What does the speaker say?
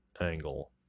angle